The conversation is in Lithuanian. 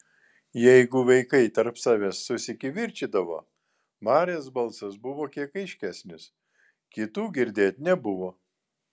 jeigu vaikai tarp savęs susikivirčydavo marės balsas buvo kiek aiškesnis kitų girdėt nebuvo